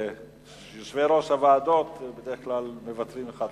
יושבי-ראש הוועדות בדרך כלל מוותרים אחד לשני.